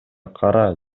кара